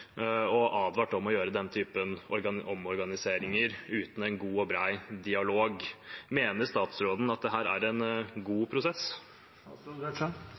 og man har advart mot å gjøre den typen omorganiseringer uten en god og bred dialog. Mener statsråden at dette er en god prosess?